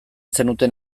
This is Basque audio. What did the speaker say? zenuten